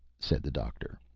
said the doctor.